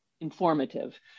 informative